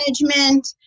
management